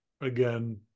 again